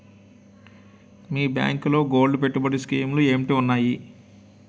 మీ బ్యాంకులో గోల్డ్ పెట్టుబడి స్కీం లు ఏంటి వున్నాయి?